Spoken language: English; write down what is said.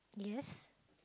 yes